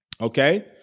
okay